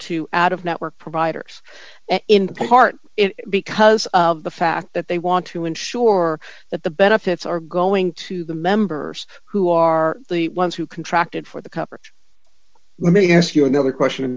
to out of network providers in part because of the fact that they want to ensure that the benefits are going to the members who are the ones who contract it for the coverage let me ask you another question